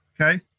okay